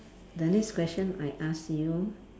the next question I ask you